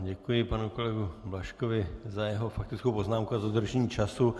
Děkuji panu kolegovi Blažkovi za jeho faktickou poznámku a za dodržení času.